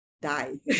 die